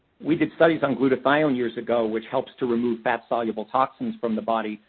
we did studies on glutathione years ago, which helped to remove fat soluble toxins from the body,